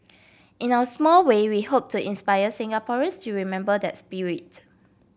in our small way we hope to inspire Singaporeans to remember that spirit